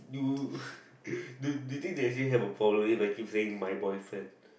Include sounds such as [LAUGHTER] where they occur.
do [LAUGHS] do do you think they actually probably have a vacuum saying my boyfriend